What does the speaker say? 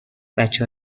بچه